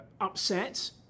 upset